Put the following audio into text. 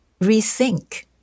rethink